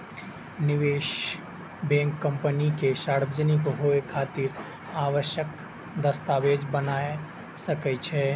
निवेश bank company के सार्वजनिक होइ खातिर आवश्यक दस्तावेज बना सकै छै